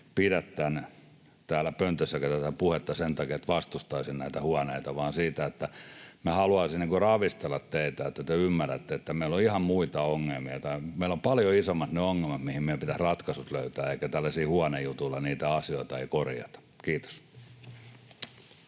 pidä täällä pöntössäkään tätä puhetta sen takia, että vastustaisin näitä huoneita, vaan minä haluaisin ravistella teitä, että te ymmärrätte, että meillä on ihan muita ongelmia. Meillä on paljon isommat ne ongelmat, mihin meidän pitää ratkaisut löytää, eikä tällaisilla huonejutuilla niitä asioita korjata. — Kiitos.